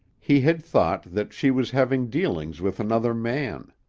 he had thought that she was having dealings with another man.